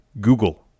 Google